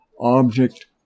object